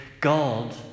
God